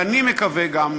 ואני מקווה גם,